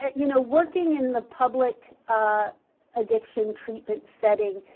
you know, working in the public addiction treatment setting,